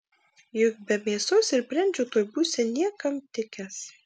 juk be mėsos ir brendžio tuoj būsi niekam tikęs